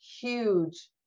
huge